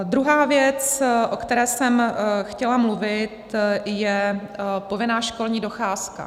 Druhá věc, o které jsem chtěla mluvit, je povinná školní docházka.